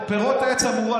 פירות העץ המורעל,